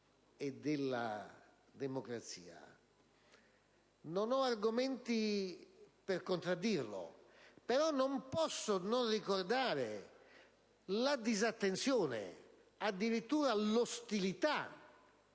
Non ho argomenti per contraddirlo, però non posso non ricordare la disattenzione e addirittura l'ostilità